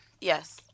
Yes